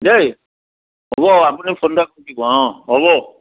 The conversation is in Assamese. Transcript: দেই হ'ব আপুনি ফোন এটা দিব অঁ হ'ব